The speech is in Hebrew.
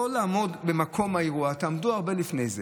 לא לעמוד במקום האירוע, תעמדו הרבה לפני זה.